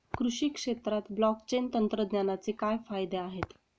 कृषी क्षेत्रात ब्लॉकचेन तंत्रज्ञानाचे काय फायदे आहेत?